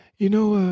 you know,